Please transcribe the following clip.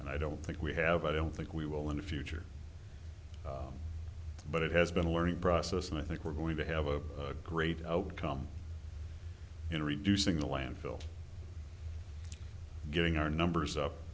and i don't think we have i don't think we will in the future but it has been a learning process and i think we're going to have a great outcome in reducing the landfill getting our numbers up